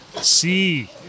See